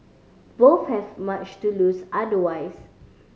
both have much to lose otherwise